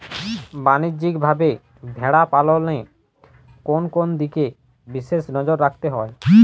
বাণিজ্যিকভাবে ভেড়া পালনে কোন কোন দিকে বিশেষ নজর রাখতে হয়?